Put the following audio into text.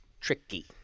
tricky